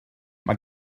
mae